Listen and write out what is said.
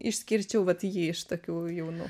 išskirčiau vat jį iš tokių jaunų